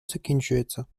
закінчується